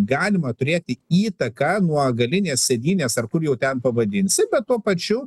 galima turėti įtaką nuo galinės sėdynės ar kur jau ten pavadinsi bet tuo pačiu